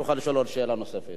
תוכל לשאול שאלה נוספת.